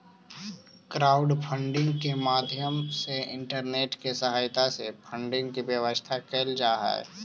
crowdfunding के माध्यम से इंटरनेट के सहायता से फंडिंग के व्यवस्था कैल जा हई